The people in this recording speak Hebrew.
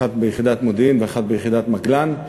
אחת ביחידת מודיעין ואחת ביחידת מגלן.